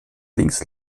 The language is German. links